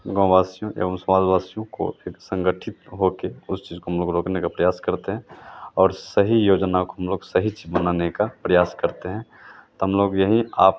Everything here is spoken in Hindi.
गाँव वासियों एवं शहरवासियों को एक संगठित होकर उस चीज़ को हम लोग रोकने का प्रयास करते हैं और सही योजना को हम लोग सही चीज़ बनाने का प्रयास करते हैं तो हम लोग यही आप